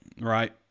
right